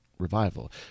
revival